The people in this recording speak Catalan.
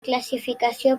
classificació